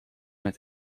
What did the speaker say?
met